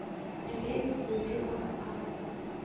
ᱟᱞᱮ ᱴᱷᱮᱱ ᱮᱢ ᱦᱤᱡᱩᱜᱼᱟ ᱟᱨ